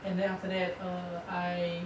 and then after that err I